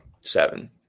Seven